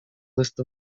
list